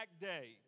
day